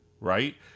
right